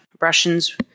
Russians